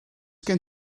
gen